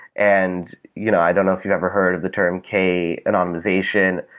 and you know i don't know if you've ever heard of the term k anonymization.